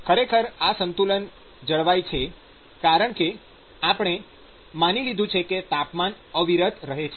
ખરેખર આ સંતુલન જલવાય છે કારણકે આપણે માની લીધું છે કે તાપમાન અવિરત રહે છે